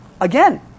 Again